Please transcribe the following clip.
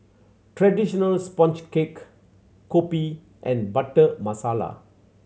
traditional sponge cake kopi and Butter Masala